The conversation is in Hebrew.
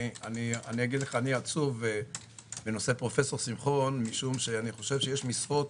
אני עצוב בנושא פרופ' שמחון כי אני חושב שיש משרות